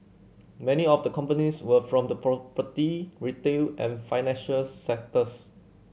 many of the companies were from the property retail and financial sectors